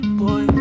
boy